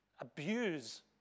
abuse